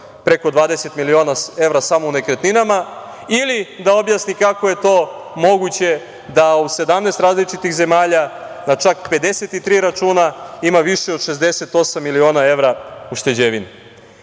preko 20 miliona evra samo u nekretninama ili da objasni kako je to moguće da u 17 različitih zemalja, na čak 53 računa ima više od 68 miliona evra ušteđevine. Ja